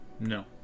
No